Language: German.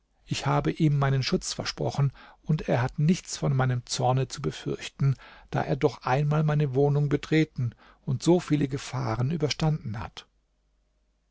ich habe ihm meinen schutz versprochen und er hat nichts von meinem zorne zu befürchten da er doch einmal meine wohnung betreten und so viele gefahren überstanden hat